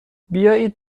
بیاید